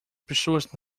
pessoas